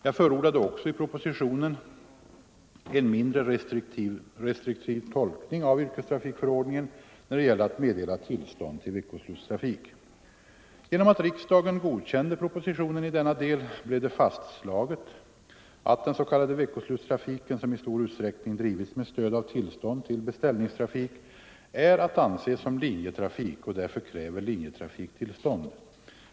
Jag förordade också i propositionen en mindre restriktiv tolkning av yrkestrafikförordningen när det gäller att meddela tillstånd till veckoslutstrafik. Genom att riksdagen godkände propositionen i denna del blev det fastslaget att den s.k. veckoslutstrafiken, som i stor utsträckning drivits med stöd av tillstånd till beställningstrafik, är att anse som linjetrafik och därför kräver linjetrafiktillstånd.